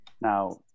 Now